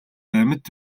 амьд